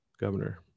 governor